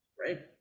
right